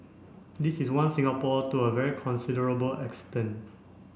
this is one Singapore to a very considerable extent